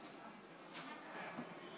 הכנסת, בבקשה